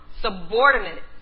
subordinate